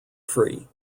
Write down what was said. free